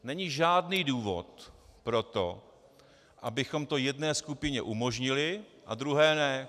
Není žádný důvod pro to, abychom to jedné skupině umožnili a druhé ne.